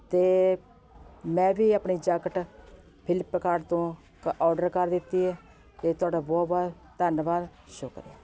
ਅਤੇ ਮੈਂ ਵੀ ਆਪਣੀ ਜਾਕਟ ਫਲਿੱਪਕਾਟ ਤੋਂ ਕ ਔਡਰ ਕਰ ਦਿੱਤੀ ਹੈ ਅਤੇ ਤੁਹਾਡਾ ਬਹੁਤ ਬਹੁਤ ਧੰਨਵਾਦ ਸ਼ੁਕਰੀਆ